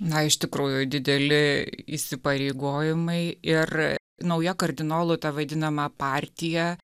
na iš tikrųjų dideli įsipareigojimai ir nauja kardinolų ta vadinama partija